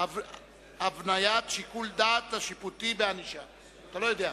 (הבניית שיקול הדעת השיפוטי בענישה).